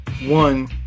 one